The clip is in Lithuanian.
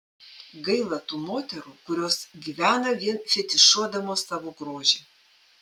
gaila tų moterų kurios gyvena vien fetišuodamos savo grožį